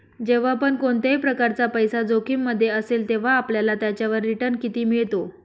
जेव्हा पण कोणत्याही प्रकारचा पैसा जोखिम मध्ये असेल, तेव्हा आपल्याला त्याच्यावर रिटन किती मिळतो?